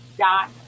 dot